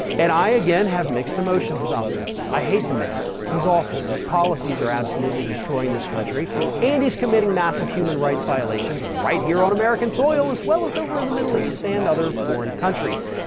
and i again have mixed emotions about this. i hate the man. he's awful. his policies are absolutely destroying this country and he's committing massive human rights violations right here on american soil as well as over in the middle east and other foreign countries.